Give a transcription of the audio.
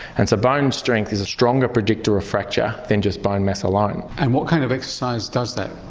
and so bone strength is a stronger predictor of fracture than just bone mass alone. and what kind of exercise does that?